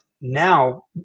now